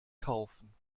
kaufen